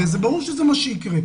הרי ברור שזה מה שיקרה,